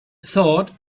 thought